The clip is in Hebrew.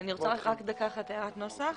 הערת נוסח.